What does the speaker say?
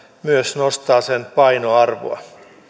myös nostaa sen painoarvoa